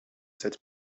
cette